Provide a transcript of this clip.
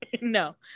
No